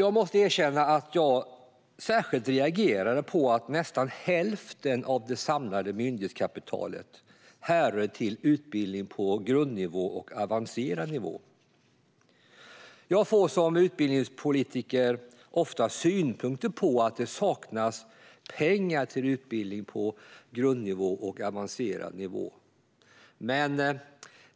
Jag måste erkänna att jag särskilt reagerade på att nästan hälften av det samlade myndighetskapitalet härrör från utbildning på grundnivå och avancerad nivå. Jag får som utbildningspolitiker ofta synpunkter på att det saknas pengar till utbildning på grundnivå och avancerad nivå, men